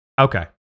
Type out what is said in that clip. Okay